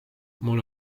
mul